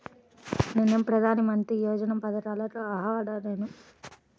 నేను ప్రధాని మంత్రి యోజన పథకానికి అర్హుడ నేన?